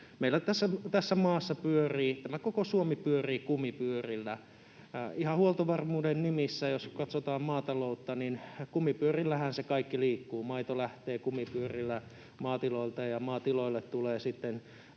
vielä peräänkuuluttaa sitä, että koko Suomi pyörii kumipyörillä. Ihan huoltovarmuuden nimissä, jos katsotaan maataloutta, niin kumipyörillähän se kaikki liikkuu: maito lähtee kumipyörillä maatiloilta, ja maatiloille tulevat sitten